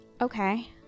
okay